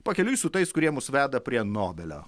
pakeliui su tais kurie mus veda prie nobelio